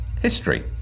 History